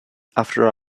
after